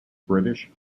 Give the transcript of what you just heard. british